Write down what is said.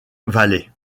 valley